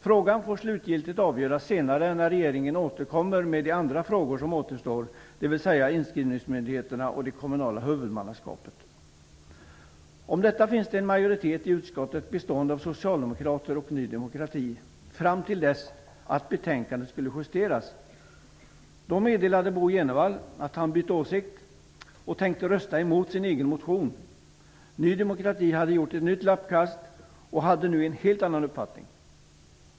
Frågan får slutgiltigt avgöras senare, när regeringen återkommer med de andra frågor som återstår, dvs. Om det här fanns det en majoritet i utskottet, bestående av socialdemokrater och Ny demokrati, fram till dess att betänkandet skulle justeras. Då meddelade Bo Jenevall att han hade bytt åsikt och tänkte rösta mot sin egen motion. Ny demokrati hade gjort ett nytt lappkast och hade nu en helt annan uppfattning.